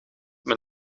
met